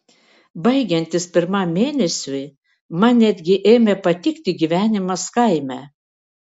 baigiantis pirmam mėnesiui man netgi ėmė patikti gyvenimas kaime